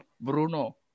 Bruno